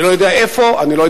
אני לא יודע איפה ומתי,